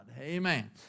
Amen